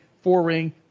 four-ring